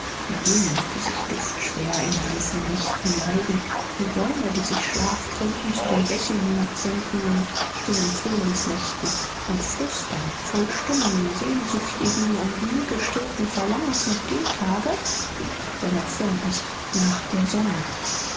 wie blumen die sich duftschwer in heißen nächten neigen wie bäume die sich schlaftrunken zu den bächen hinabsenken in stillen frühlingsnächten und flüstern voll stummen sehnsüchtigen und nie gestillten verlangens nach dem tage der noch fern ist nach der sonne